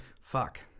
Fuck